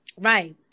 Right